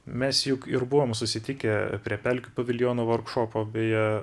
mes juk ir buvom susitikę prie pelkių paviljono vorkšopo beje